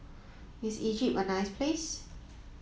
is Egypt a nice place